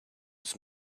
his